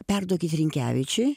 perduokit rinkevičiui